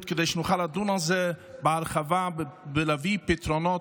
כדי שנוכל לדון על זה בהרחבה ולהביא פתרונות.